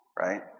right